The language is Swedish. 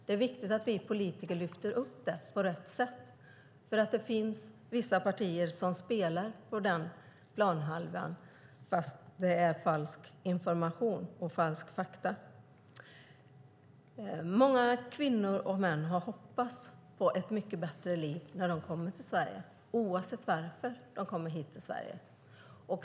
Det är viktigt att vi politiker lyfter upp det på rätt sätt. Vissa partier spelar på den planhalvan trots att det är falsk information. Många kvinnor och män har hoppats få ett bättre liv när de kommer till Sverige, oavsett varför de kommer hit.